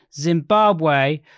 Zimbabwe